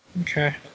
Okay